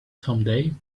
someday